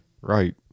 Right